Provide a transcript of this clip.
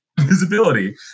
visibility